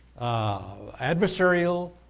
adversarial